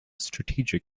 strategic